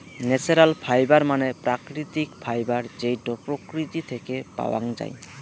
natural fibre মানে প্রাকৃতিক fibre যেইটো প্রকৃতি থেকে পাওয়াঙ যাই